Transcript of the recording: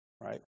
right